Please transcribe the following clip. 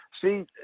See